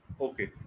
Okay